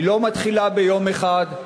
היא לא מתחילה ביום אחד,